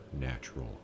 natural